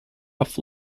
off